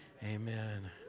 amen